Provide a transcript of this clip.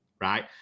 right